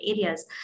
areas